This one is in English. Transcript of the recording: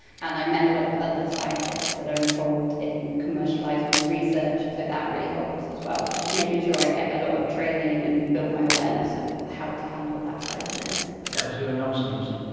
and i bet a lot of other scientists that are involved in commercialisable research, so that really helps as well, just making sure i get a lot of training and build my awareness of how to handle that side of things. that was here in oxford, was it?